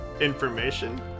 information